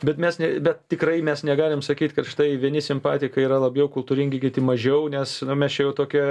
bet mes ne bet tikrai mes negalim sakyti kad štai vieni simpatikai yra labiau kultūringi kiti mažiau nes mes čia jau tokį